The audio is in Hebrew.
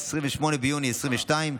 28 ביוני 2022,